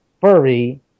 furry